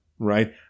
right